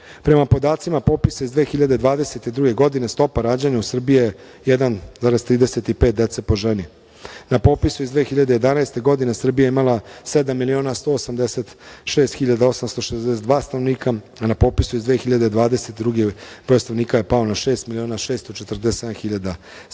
Prema podacima popisa iz 2022. godine stopa rađanja u Srbiji je 1,35 dece po ženi. Na popisu iz 2011. godine Srbija je imala sedam miliona 186 hiljada 862 stanovnika, a na popisu iz 2022. godine broj stanovnika je pao na šest miliona 647 hiljada